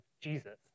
Jesus